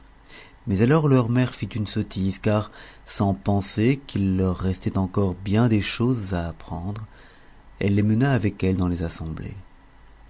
mais alors leur mère fit une sottise car sans penser qu'il leur restait encore bien des choses à apprendre elle les mena avec elle dans les assemblées